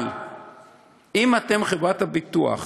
אבל אם חברת הביטוח